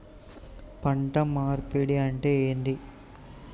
పంట మార్పిడి అంటే ఏంది?